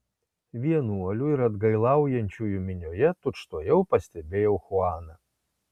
vienuolių ir atgailaujančiųjų minioje tučtuojau pastebėjau chuaną